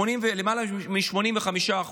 למעלה מ-85%,